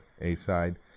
A-side